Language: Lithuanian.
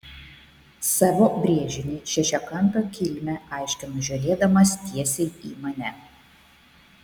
savo brėžinį šešiakampio kilmę aiškino žiūrėdamas tiesiai į mane